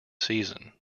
season